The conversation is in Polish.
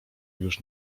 już